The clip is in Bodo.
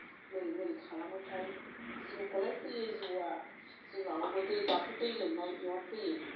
माबोरै माबोरै खालामोथाय जिबौखौलाय फैयो जिबौआ जों माब्लाबा दाथ' दै लोमनाय बिराद फैयो